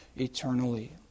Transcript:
eternally